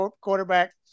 quarterback